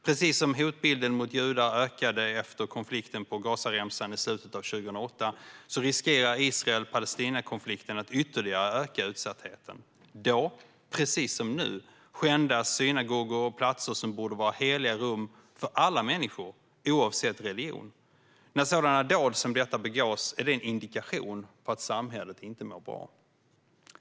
Precis som hotbilden mot judar ökade efter konflikten på Gazaremsan i slutet av 2008 riskerar Israel-Palestina-konflikten att ytterligare öka utsattheten. Då, precis som nu, skändades och skändas synagogor och platser som borde vara heliga rum för alla människor, oavsett religion. När dåd som dessa begås är det en indikation på att samhället inte mår bra.